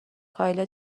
کایلا